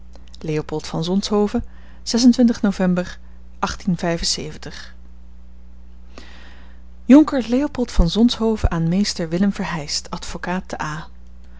leopold van zonshoven november jonker leopold van zonshoven aan mr willem verheyst advocaat te a